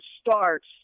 starts